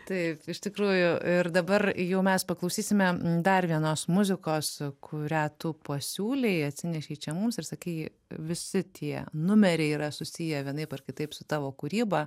taip iš tikrųjų ir dabar jau mes paklausysime dar vienos muzikos kurią tu pasiūlei atsinešei čia mums ir sakei visi tie numeriai yra susiję vienaip ar kitaip su tavo kūryba